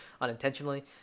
unintentionally